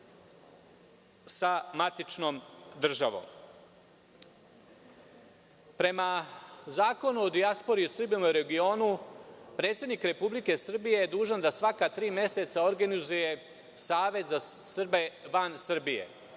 sa matičnom državom. Prema Zakonu o dijaspori i Srbima u regionu, predsednik Republike Srbije je dužan da svaka tri meseca organizuje Savet za Srbe van Srbije.